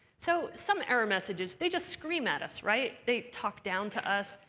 so some error messages, they just scream at us right? they talk down to us,